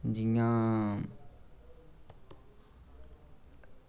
जियां